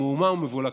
מהומה ומבולקה.